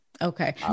Okay